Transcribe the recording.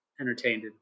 entertained